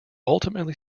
ultimately